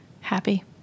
happy